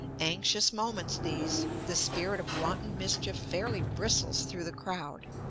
anxious moments these the spirit of wanton mischief fairly bristles through the crowd,